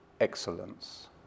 excellence